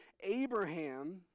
Abraham